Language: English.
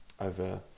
over